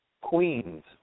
queens